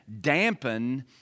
dampen